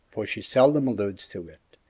for she seldom alludes to it.